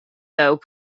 though